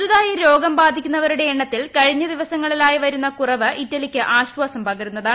പുതിയതായി ദ്രോഗം ബാധിക്കുന്നവരുടെ എണ്ണത്തിൽ കഴിഞ്ഞ ദിവസങ്ങളിലായി പ്പിർുന്ന് കുറവ് ഇറ്റലിക്ക് ആശ്വാസം പകരുന്നതാണ്